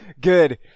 Good